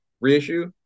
reissue